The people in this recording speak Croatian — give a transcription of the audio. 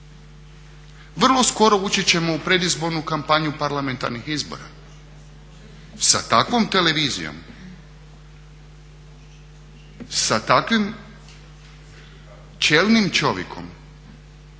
Vrlo skoro ući ćemo u predizbornu kampanju parlamentarnih izbora, sa takvom televizijom, sa takvim čelnim čovjekom